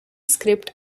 script